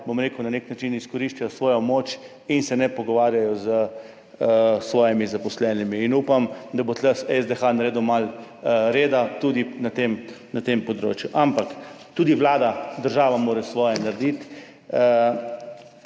bom rekel, na nek način izkoriščajo svojo moč in se ne pogovarjajo s svojimi zaposlenimi in upam, da bo SDH naredil malo reda na tem področju, ampak tudi Vlada, država morata narediti